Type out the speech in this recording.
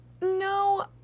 No